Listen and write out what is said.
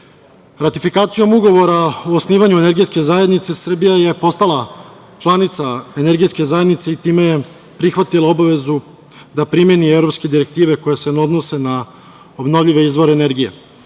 dobili. Ratifikacijom ugovora o osnivanju energetske zajednice Srbija je postala članica energetske zajednice i time je prihvatila obavezu da primeni evropske direktive koje se ne odnose na obnovljive izvore energije.